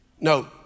No